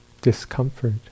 discomfort